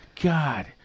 God